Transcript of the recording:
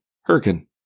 Hurricane